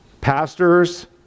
Pastors